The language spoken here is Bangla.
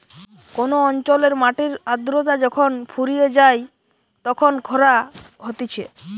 কোন অঞ্চলের মাটির আদ্রতা যখন ফুরিয়ে যায় তখন খরা হতিছে